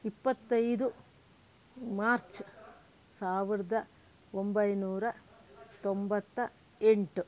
ಇಪ್ಪತ್ತೈದು ಮಾರ್ಚ್ ಸಾವಿರದ ಒಂಬೈನೂರ ತೊಂಬತ್ತ ಎಂಟು